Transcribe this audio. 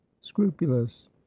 scrupulous